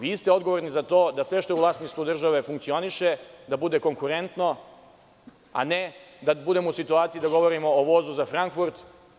Vi ste odgovorni za to da sve što je u vlasništvu države funkcioniše, da bude konkurentno, a ne da budemo u situaciji da govorimo o vozu za Frankfurt.